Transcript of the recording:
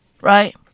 Right